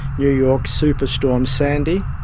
new york's super storm sandy,